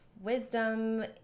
wisdom